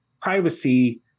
privacy